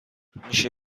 میشه